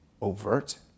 overt